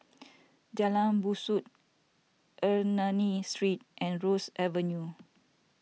Jalan Besut Ernani Street and Ross Avenue